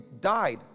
died